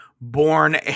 born